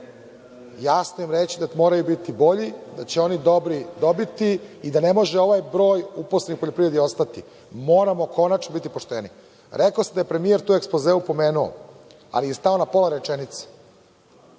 jasno im reći da moraju biti bolji, da će oni dobri dobiti i da ne može ovaj broj uposlenih u poljoprivredi ostati. Moramo konačno biti pošteni. Rekli ste da je premijer to u ekspozeu pomenuo, ali je stao na pola rečenice.